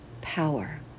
power